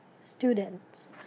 students